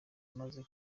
amaze